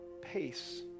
pace